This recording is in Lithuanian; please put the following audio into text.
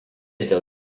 dėl